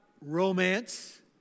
romance